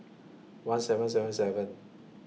one seven seven seven